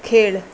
खेळ